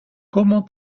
comment